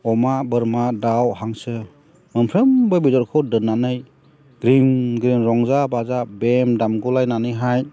अमा बोरमा दाउ हांसो मोनफ्रोमबो बेदरखौ दोन्नानै ग्रोम ग्रोम रंजा बाजा बेम दामगुलायनानैहाय